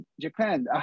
Japan